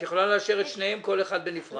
את יכולה לאשר את שניהם, כל אחד בנפרד.